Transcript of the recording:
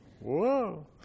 Whoa